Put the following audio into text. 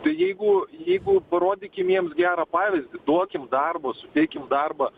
tai jeigu jeigu parodykim jiems gerą pavyzdį duokim darbo suteikim darbą